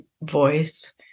voice